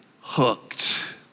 hooked